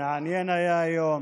מעניין היה היום.